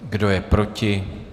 Kdo je proti?